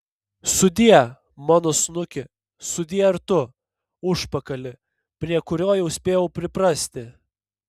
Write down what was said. sudie mano snuki sudie ir tu užpakali prie kurio jau spėjau priprasti